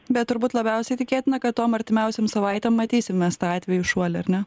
bet turbūt labiausiai tikėtina kad tom artimiausią savaitėm matysim mes tą atvejų šuolį ar ne